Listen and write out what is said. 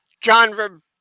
John